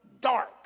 dark